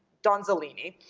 donzellini.